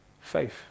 faith